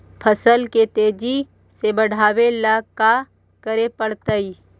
फसल के तेजी से बढ़ावेला का करे पड़तई?